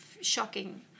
shocking